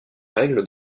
règles